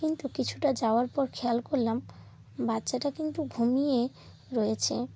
কিন্তু কিছুটা যাওয়ার পর খেয়াল করলাম বাচ্চাটা কিন্তু ঘুমিয়ে রয়েছে